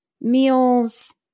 meals